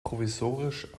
provisorisch